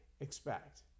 expect